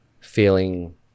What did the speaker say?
feeling